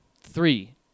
Three